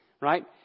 Right